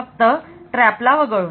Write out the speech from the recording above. फक्त TRAP ला वगळून